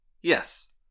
Yes